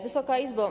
Wysoka Izbo!